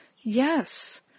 Yes